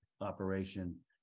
operation